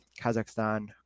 Kazakhstan